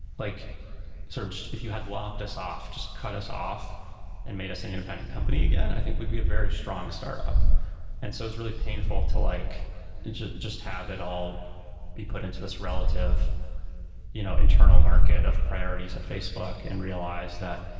like sort of if you had lobbed us off, just cut us off and made us an independent company again, i think would be a very strong startup and so it's really painful to like just just have it all be put into this relative you know internal market of priorities at facebook and realize that,